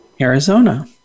Arizona